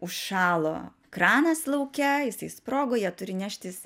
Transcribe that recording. užšalo kranas lauke jisai sprogo jie turi neštis